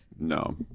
No